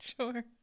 Sure